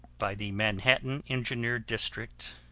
by the manhattan engineer district,